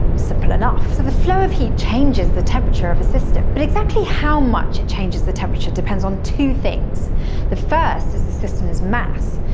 simple enough. so, the flow of heat changes the temperature of a system. but exactly how much it changes the temperature depends on two things the first is the system's mass.